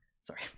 Sorry